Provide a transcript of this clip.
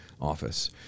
office